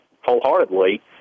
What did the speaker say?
wholeheartedly